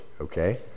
okay